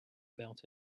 about